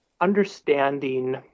understanding